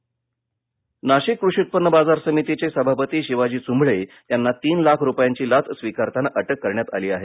नाशिक नाशिक कृषी उत्पन्न बाजार समितीचे सभापती शिवाजी चुंभळे यांना तीन लाख रुपयांची लाच स्वीकारताना अटक करण्यात आली आहे